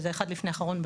שזה אחד לפני האחרון,